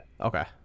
Okay